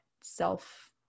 self